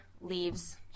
leaves